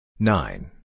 Nine